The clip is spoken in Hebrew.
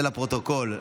זה לפרוטוקול,